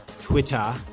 Twitter